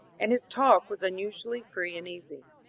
and his talk was un usually free and easy.